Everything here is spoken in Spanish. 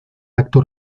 acto